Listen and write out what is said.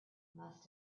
must